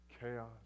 chaos